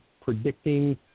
predicting